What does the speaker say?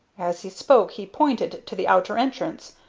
as he spoke he pointed to the outer entrance,